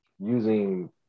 using